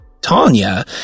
Tanya